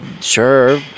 sure